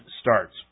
starts